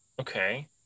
Okay